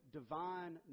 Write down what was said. divine